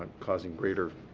causing greater